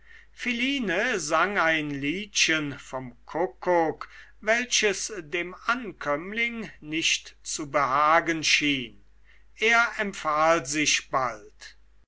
philine sang ein liedchen vom kuckuck welches dem ankömmling nicht zu behagen schien er empfahl sich bald